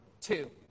two